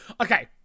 Okay